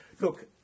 Look